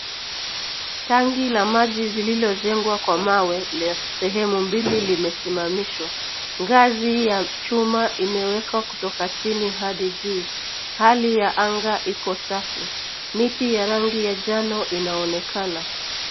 Tangi la maji lililojengwa kwa mawe, lenye sehemu mbili limesimamishwa. Ngazi ya chuma imewekwa kutoka chini hadi juu. Hali ya anga iko safi. Miti ya rangi ya njano inaonekana.